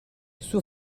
suo